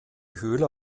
höhle